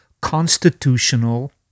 constitutional